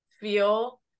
feel